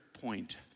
point